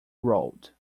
road